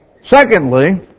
Secondly